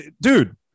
dude